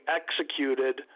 executed